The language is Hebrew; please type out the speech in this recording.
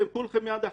אתם כולכם יד אחד,